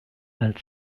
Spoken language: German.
alt